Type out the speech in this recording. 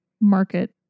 market